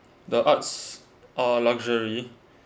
the arts are luxury